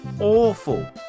awful